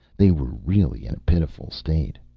they were really in a pitiful state.